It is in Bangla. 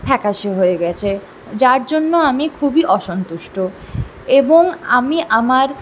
ফ্যাকাশে হয়ে গিয়েছে যার জন্য আমি খুবই অসন্তুষ্ট এবং আমি আমার